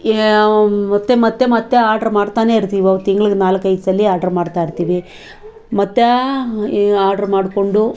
ಯ ಮತ್ತೆ ಮತ್ತೆ ಮತ್ತೆ ಆರ್ಡ್ರ್ ಮಾಡ್ತಾನೇ ಇರ್ತೀವಿ ನಾವು ತಿಂಗಳಿಗೆ ನಾಲ್ಕೈದು ಸಲ ಆರ್ಡ್ರ್ ಮಾಡ್ತಾಯಿರ್ತೀವಿ ಮತ್ತು ಈ ಆರ್ಡ್ರ್ ಮಾಡ್ಕೊಂಡು